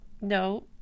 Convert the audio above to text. No